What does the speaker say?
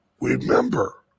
remember